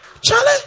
Charlie